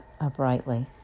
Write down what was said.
uprightly